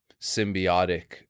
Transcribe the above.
symbiotic